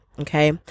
okay